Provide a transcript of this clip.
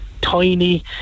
tiny